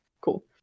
Cool